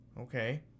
okay